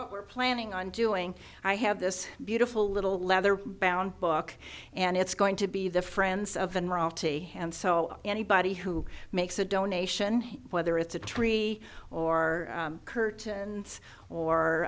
what we're planning on doing i have this beautiful little leather bound book and it's going to be the friends of the royalty and so anybody who makes a donation whether it's a tree or curtains or